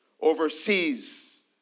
overseas